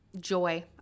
Joy